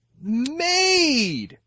made